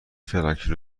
فرانکی